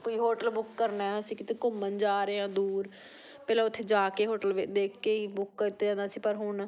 ਕੋਈ hotel book ਕਰਨਾ ਅਸੀਂ ਕਿਤੇ ਘੁੰਮਣ ਜਾ ਰਹੇ ਹਾਂ ਦੂਰ ਪਹਿਲਾਂ ਉੱਥੇ ਜਾ ਕੇ ਹੋਟਲ ਵੇ ਦੇਖ ਕੇ ਹੀ ਬੁੱਕ ਕੀਤਾ ਜਾਂਦਾ ਸੀ ਪਰ ਹੁਣ